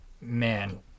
man